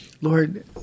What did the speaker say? Lord